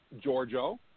Giorgio